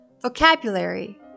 Vocabulary